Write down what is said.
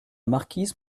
marquise